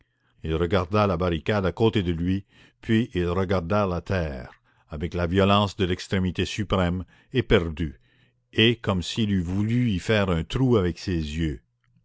il regarda la barricade à côté de lui puis il regarda la terre avec la violence de l'extrémité suprême éperdu et comme s'il eût voulu y faire un trou avec ses yeux